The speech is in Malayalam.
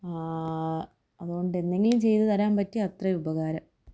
അതുകൊണ്ട് എന്തെങ്കിലും ചെയ്തുതരാൻ പറ്റിയാല് അത്രയും ഉപകാരം